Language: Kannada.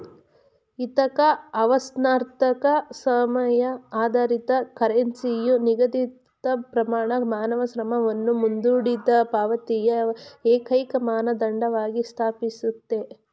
ಇಥಾಕಾ ಅವರ್ಸ್ನಂತಹ ಸಮಯ ಆಧಾರಿತ ಕರೆನ್ಸಿಯು ನಿಗದಿತಪ್ರಮಾಣ ಮಾನವ ಶ್ರಮವನ್ನು ಮುಂದೂಡಿದಪಾವತಿಯ ಏಕೈಕಮಾನದಂಡವಾಗಿ ಸ್ಥಾಪಿಸುತ್ತೆ